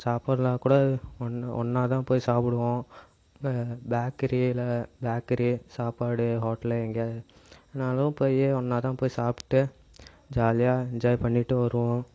சாப்பாடுலாம் கூட ஒன்னு ஒன்றாதான் போய் சாப்பிடுவோம் பேக்கரியில பேக்கரி சாப்பாடு ஹோட்டலு எங்கேயாவது எங்கேனாலும் போய் ஒன்றாதான் போய் சாப்பிட்டு ஜாலியாக என்ஜாய் பண்ணிட்டு வருவோம்